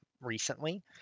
recently